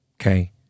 Okay